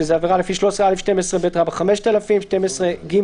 שזה עבירה לפי (13(א)(12ב) -5,000; (12ג)